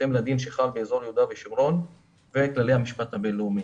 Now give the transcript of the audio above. בהתאם לדין שחל באזור יהודה ושומרון וכללי המשפט הבין-לאומי.